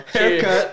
Haircut